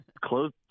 close